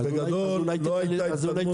אבל לא הייתה התקדמות 14 שנה.